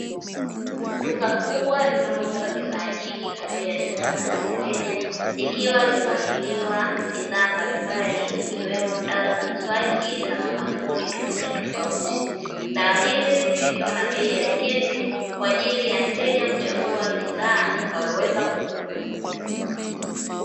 Duka kubwa linalouza bidhaa nyingi kwa bei ya jumla na rejareja likiwa limepangiliwa bidhaa mbalimbali ikiwemo dawa za mswaki za makampuni tofauti tofauti dawa hizi zimewekewa na bei elekezi kwa ajili ya mteja kuchagua bidhaa atakayoweza kununua.